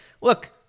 look